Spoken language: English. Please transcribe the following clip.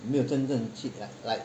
没有真正去 like like